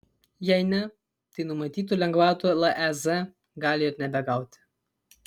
jei ne tai numatytų lengvatų lez gali ir nebegauti